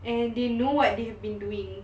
and they know what they have been doing